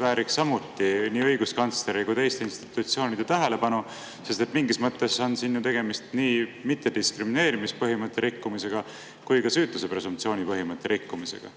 vääriks samuti nii õiguskantsleri kui ka teiste institutsioonide tähelepanu, sest mingis mõttes on siin tegemist nii mittediskrimineerimise põhimõtte rikkumisega kui ka süütuse presumptsiooni põhimõtte rikkumisega?